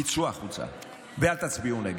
תצאו החוצה ואל תצביעו נגד.